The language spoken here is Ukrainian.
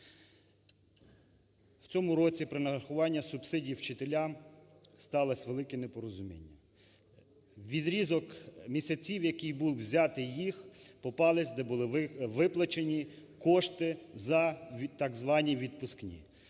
В цьому році при нарахуванні субсидій вчителям сталось велике непорозуміння. Відрізок місяців, який був взятий їх, попались, де були виплачені кошти за так звані відпускні,